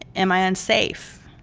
am i unsafe?